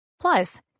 Plus